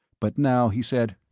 but now he said,